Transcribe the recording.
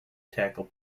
tackle